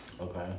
Okay